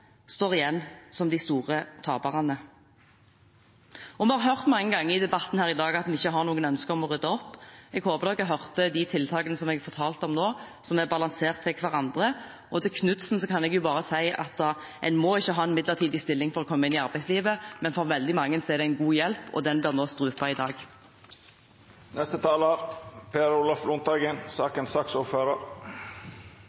står igjen som de store taperne. Vi har hørt mange ganger i debatten her i dag at vi ikke har noe ønske om å rydde opp. Jeg håper alle hørte de tiltakene jeg fortalte om nå, som er balansert i forhold til hverandre, og til representanten Knutsen kan jeg bare si at en må ikke ha en midlertidig stilling for å komme inn i arbeidslivet, men for veldig mange er det en god hjelp, og den blir strupet i